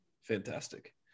Fantastic